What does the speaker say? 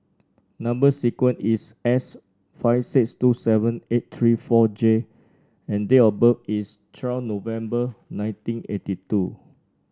number sequence is S five six two seven eight three four J and date of birth is twelve November nineteen eighty two